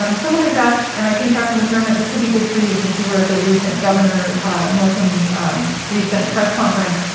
um someone has asked, and i think dr. mcdermott, this will be good for you since you were at the recent governor northam's recent press conference.